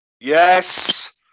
Yes